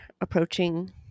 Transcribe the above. approaching